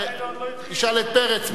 תשאל את פרץ,